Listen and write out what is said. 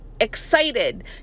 excited